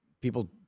people